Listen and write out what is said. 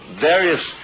various